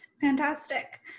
Fantastic